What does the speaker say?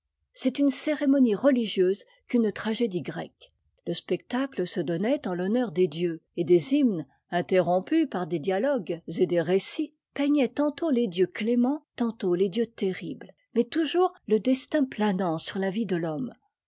c'est une cérémonie religieuse qu'une tragédie grecque lé spectacle se donnait en l'honneur des dieux et des hymnes interrompus par des dialogues et des récits peignaient tantôt les dieux cléments tantôt les dieux terribles mais toujours le destin planant sur la vie de t'homme